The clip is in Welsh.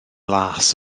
las